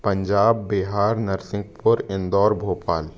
Punjab Bihar Narsinghpur Indore Bhopal